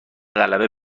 غلبه